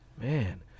Man